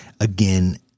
again